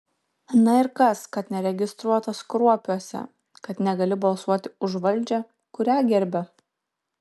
na ir kas kad neregistruotas kruopiuose kad negali balsuoti už valdžią kurią gerbia